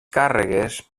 càrregues